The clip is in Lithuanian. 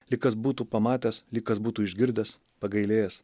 lyg kas būtų pamatęs lyg kas būtų išgirdęs pagailėjęs